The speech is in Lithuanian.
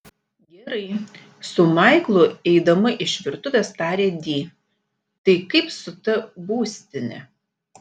gerai su maiklu eidama iš virtuvės tarė di tai kaip su ta būstine